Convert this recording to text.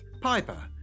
Piper